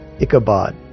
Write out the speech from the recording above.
ichabod